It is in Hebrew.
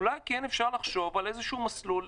אפשר לחשוב על מסלול,